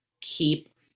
keep